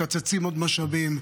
שמקצצים עוד משאבים,